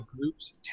groups